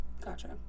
Gotcha